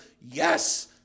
yes